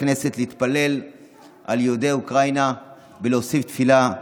הכנסת להתפלל על יהודי אוקראינה ולהוסיף תפילה.